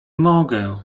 mogę